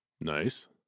Nice